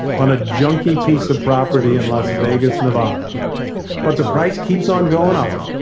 on a junky piece of property in las vegas nevada but the price keeps on going up,